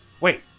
Wait